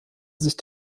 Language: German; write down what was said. sich